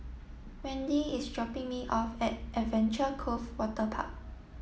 Wendy is dropping me off at Adventure Cove Waterpark